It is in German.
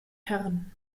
herren